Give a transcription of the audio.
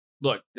Look